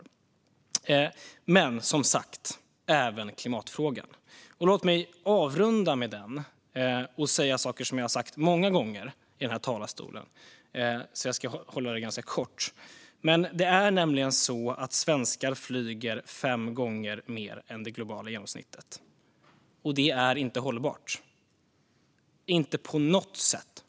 Men det handlar som sagt även om klimatfrågan. Låt mig avrunda med den och säga saker som jag har sagt många gånger i den här talarstolen. Jag ska därför hålla det ganska kort. Det ena är att det är på det sättet att svenskar flyger fem gånger mer än det globala genomsnittet. Det är inte hållbart, inte på något sätt.